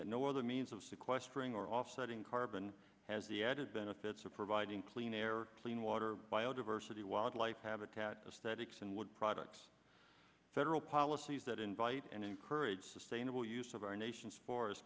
that no other means of sequestering or offsetting carbon has the added benefits of providing clean air clean water biodiversity wildlife habitat statics and wood products federal policies that invite and encourage sustainable use of our nation's fores